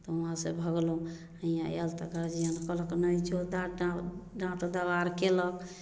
तऽ हुऑं से भगलहुॅं हियाँ आयल तऽ गार्जियन कहलक नहि जो डाँट देबार केलक